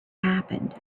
happened